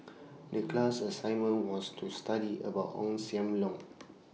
The class assignment was to study about Ong SAM Leong